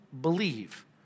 believe